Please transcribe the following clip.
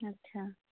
अच्छा